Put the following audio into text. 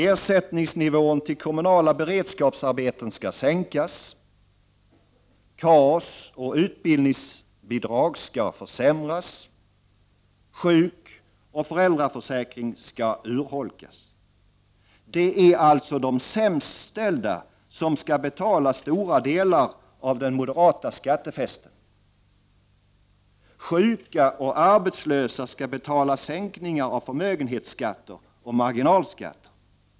Ersättningsnivån till kommunala beredskapsarbeten skall sänkas, KAS och utbildningsbidrag skall försämras och sjukoch föräldraförsäkringen skall urholkas. Det är alltså de sämst ställda som skall betala stora delar av den moderata skattefesten. Sjuka och arbetslösa skall betala sänkningar av förmögenhetsskatter och marginalskatter.